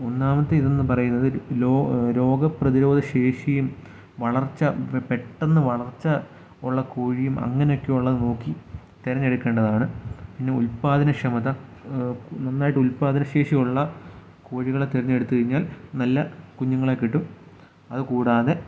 ഒന്നാമത്തെയിതെന്ന് പറയുന്നത് ലോ രോഗ പ്രതിരോധശേഷിയും വളർച്ച പെട്ടന്ന് വളർച്ച ഉള്ള കോഴിയും അങ്ങനെയൊക്കെയുള്ള പിന്നെ ഉൽപ്പാദന ക്ഷമത നന്നായിട്ട് ഉൽപ്പാദനശേഷിയുള്ള കോഴികളെ തെരഞ്ഞെടുത്ത് കഴിഞ്ഞാൽ നല്ല കുഞ്ഞുങ്ങളെ കിട്ടും അതുകൂടാതെ